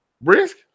brisk